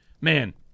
man